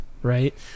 Right